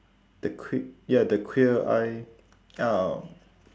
the qu~ ya the queer eye um